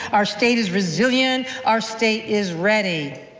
our state is resilient. our state is ready.